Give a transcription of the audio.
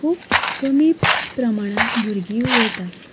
खूब कमी प्रमाणान भुरगीं वयता